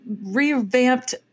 revamped